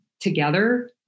together